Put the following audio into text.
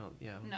No